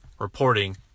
reporting